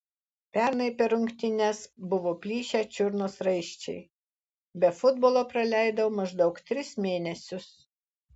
pernai per rungtynes buvo plyšę čiurnos raiščiai be futbolo praleidau maždaug tris mėnesius